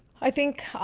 i think,